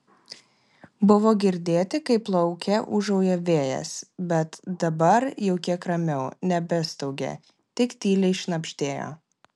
buvo girdėti kaip lauke ūžauja vėjas bet dabar jau kiek ramiau nebestaugė tik tyliai šnabždėjo